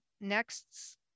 next